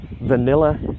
vanilla